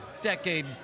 decade